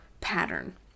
pattern